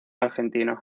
argentino